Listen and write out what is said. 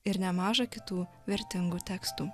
ir nemaža kitų vertingų tekstų